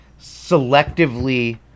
selectively